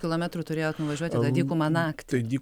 kilometrų turėjot nuvažiuoti ta dykuma naktį